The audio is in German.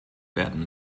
werden